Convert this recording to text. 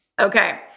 Okay